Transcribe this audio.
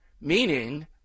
Meaning